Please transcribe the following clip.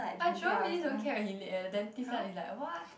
but Jerome really don't care when he late eh the dentist one is like what